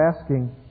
asking